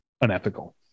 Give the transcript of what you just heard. unethical